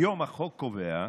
כיום החוק קובע,